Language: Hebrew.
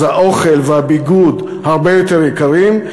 אז האוכל והביגוד הרבה יותר יקרים.